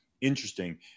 interesting